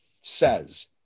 says